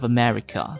America